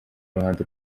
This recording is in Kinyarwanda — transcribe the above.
ruhando